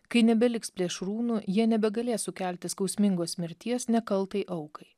kai nebeliks plėšrūnų jie nebegalės sukelti skausmingos mirties nekaltai aukai